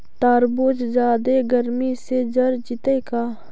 तारबुज जादे गर्मी से जर जितै का?